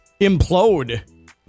implode